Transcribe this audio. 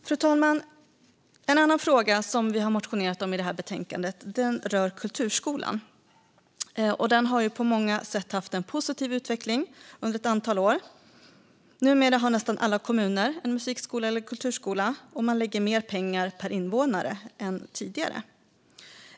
Fru talman! En annan fråga vi har motionerat om i betänkandet rör kulturskolan. Den har på många sätt haft en positiv utveckling under ett antal år. Numera har nästan alla kommuner en musikskola eller kulturskola, och man lägger mer pengar per invånare än tidigare.